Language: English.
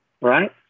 right